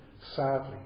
sadly